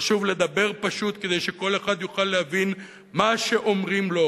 חשוב לדבר פשוט כדי שכל אחד יוכל להבין מה שאומרים לו.